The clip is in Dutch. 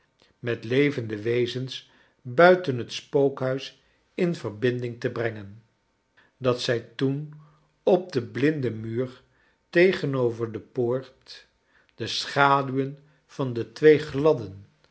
met levende wezens buiten het spookhuis in verbinding te brengen dat zij toen op den blinden muur tegenover de poort de schaduwen van de twee gladden